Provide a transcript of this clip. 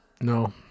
No